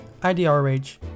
IDRH